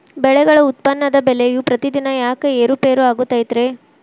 ಬೆಳೆಗಳ ಉತ್ಪನ್ನದ ಬೆಲೆಯು ಪ್ರತಿದಿನ ಯಾಕ ಏರು ಪೇರು ಆಗುತ್ತೈತರೇ?